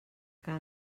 que